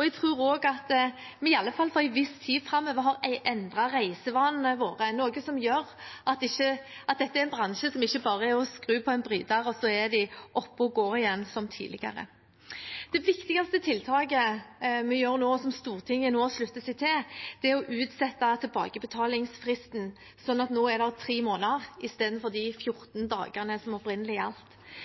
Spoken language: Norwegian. Jeg tror også at vi i alle fall for en viss tid framover har endret reisevanene våre, noe som gjør at dette er en bransje hvor det ikke bare er å skru på en bryter og så er de oppe og går igjen som tidligere. Det viktigste tiltaket vi nå gjør, og som Stortinget slutter seg til, er å utsette tilbakebetalingsfristen. Nå er den på tre måneder i stedet for de fjorten dagene som opprinnelig gjaldt.